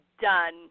done